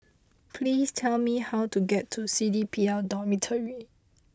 please tell me how to get to C D P L Dormitory